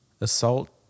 Assault